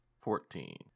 Fourteen